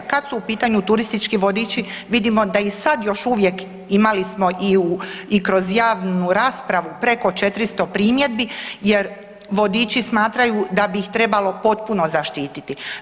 Kad su u pitanju turistički vodiči vidimo da i sad još uvijek imali smo i kroz javnu raspravu preko 400 primjedbi jer vodiči smatraju da bi ih trebalo potpuno zaštiti.